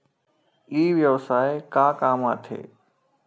ई व्यवसाय का काम आथे?